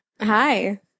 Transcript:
Hi